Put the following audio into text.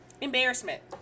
Embarrassment